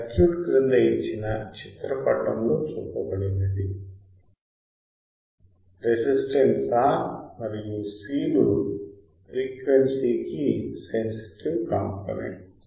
circuit క్రింద ఇచ్చిన చిత్ర పటములో చూపబడినది రెసిస్టెన్స్ R మరియు C లు ఫ్రీక్వెన్సీ కి సెన్సిటివ్ కాంపోనెంట్స్